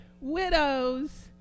widows